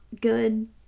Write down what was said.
good